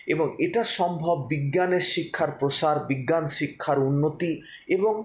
এবং এটা সম্ভব বিজ্ঞানের শিক্ষার প্রসার বিজ্ঞান শিক্ষার উন্নতি এবং